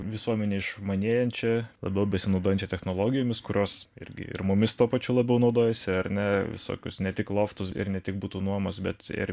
visuomenę išmanėjančią labiau besinaudojančią technologijomis kurios irgi ir mumis tuo pačiu labiau naudojasi ar ne visokius ne tik loftus ir ne tik butų nuomos bet ir